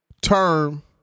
term